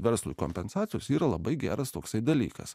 verslui kompensacijos yra labai geras toksai dalykas